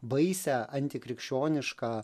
baisią antikrikščionišką